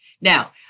Now